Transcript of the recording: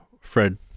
Fred